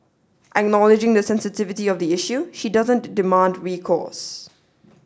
acknowledging the sensitivity of the issue she doesn't demand recourse